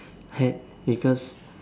I had because